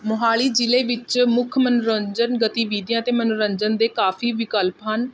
ਮੋਹਾਲੀ ਜਿਲ੍ਹੇ ਵਿੱਚ ਮੁੱਖ ਮਨੋਰੰਜਨ ਗਤੀਵਿਧੀਆਂ ਅਤੇ ਮਨੋਰੰਜਨ ਦੇ ਕਾਫੀ ਵਿਕਲਪ ਹਨ